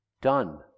done